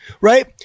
right